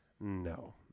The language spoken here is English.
No